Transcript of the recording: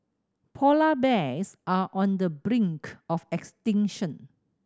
polar bears are on the brink of extinction